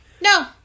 no